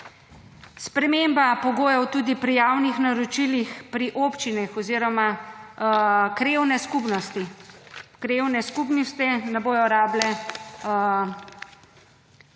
Sprememba pogojev tudi pri javnih naročilih pri občinah oziroma krajevne skupnosti. Krajevne skupnosti ne bodo rabile imeti